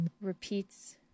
repeats